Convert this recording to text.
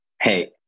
Hey